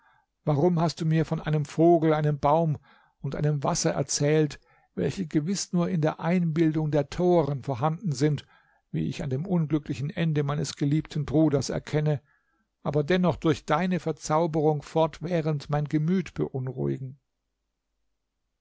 warum hast du mir von einem vogel einem baum und einem wasser erzählt welche gewiß nur in der einbildung der toren vorhanden sind wie ich an dem unglücklichen ende meines geliebten bruders erkenne aber dennoch durch deine verzauberung fortwährend mein gemüt beunruhigen